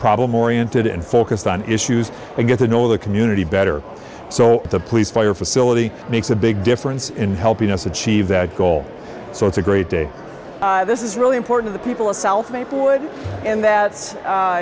problem oriented and focused on issues and get to know the community better so the police fire facility makes a big difference in helping us achieve that goal so it's a great day this is really important the people of south maplewood and that